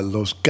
Los